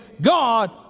God